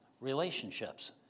relationships